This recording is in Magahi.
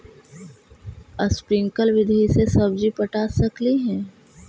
स्प्रिंकल विधि से सब्जी पटा सकली हे?